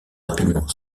rapidement